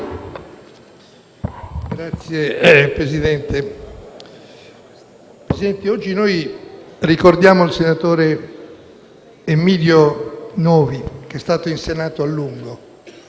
Signor Presidente, oggi ricordiamo il senatore Emiddio Novi, che è stato in Senato a lungo